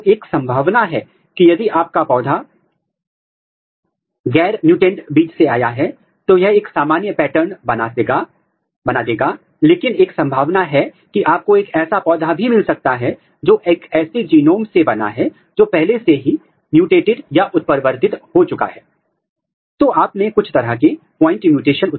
लेकिन यदि आप फ्लोरोसेंट बेस डिटेक्शन के माध्यम से पता लगाना चाहते हैं तो आप कुछ फ्लोरोसेंट टैग प्रोटीन के साथ एंटी डीआईजी एंटीबॉडी का उपयोग कर सकते हैं उदाहरण के लिए रोडियामिन